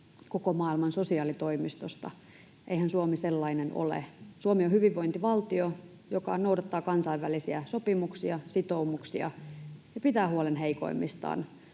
koko maailman sosiaalitoimistosta? Eihän Suomi sellainen ole. Suomi on hyvinvointivaltio, joka noudattaa kansainvälisiä sopimuksia ja sitoumuksia ja pitää huolen heikoimmistaan,